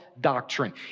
doctrine